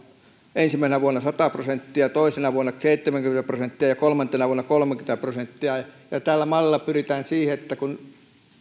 ensimmäisenä vuonna sata prosenttia toisena vuonna seitsemänkymmentä prosenttia ja kolmantena vuonna kolmekymmentä prosenttia tällä mallilla pyritään siihen että kun